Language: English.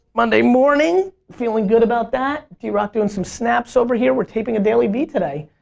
monday morning, feeling good about that. drock doing some snaps over here. we're taping a dailyvee today.